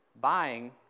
buying